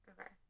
Okay